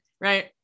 Right